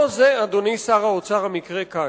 אבל לא זה, אדוני שר האוצר, המקרה כאן.